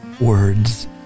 words